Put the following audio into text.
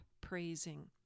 praising